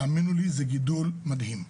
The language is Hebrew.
תאמינו לי, זה גידול מדהים.